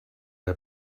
der